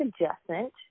adjustment